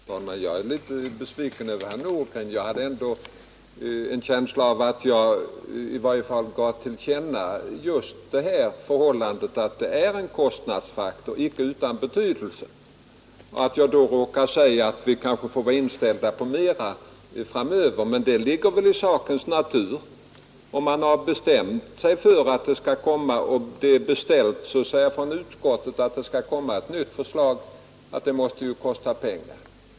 Herr talman! Jag är litet besviken på herr Nordgren. Vad jag här tillkännagav var ju att det vi nu diskuterar är en kostnadsfaktor som inte är utan betydelse. Och jag sade i sammanhanget att vi får vara inställda på flera kostsamma åtgärder framöver, men det ligger i sakens natur när utskottet har gjort en beställning om ett nytt förslag och vi har bestämt oss för att åtgärderna skall genomföras. Då måste det naturligtvis kosta pengar.